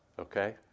Okay